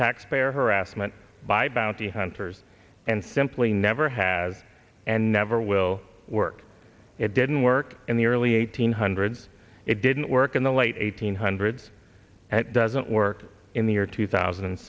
taxpayer harassment by bounty hunters and simply never has and never will work it didn't work in the early eighty's hundreds it didn't work in the late eighteenth hundreds and doesn't work in the year two thousand and